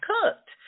cooked